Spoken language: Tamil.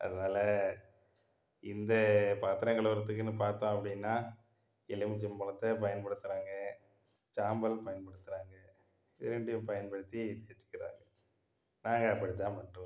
அதனால இந்த பாத்திரம் கழுவுறதுக்குன்னு பார்த்தோம் அப்படின்னா எலும்பிச்சம் பழத்தை பயன்படுத்துகிறாங்க சாம்பலும் பயன்படுத்துகிறாங்க இரண்டையும் பயன்படுத்தி தேய்ச்சுக்கிறாங்க நாங்கள் அப்படிதான் பண்ணுறோம்